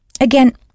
Again